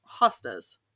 hostas